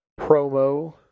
promo